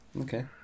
Okay